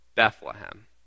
Bethlehem